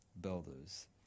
builders